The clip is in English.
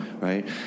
right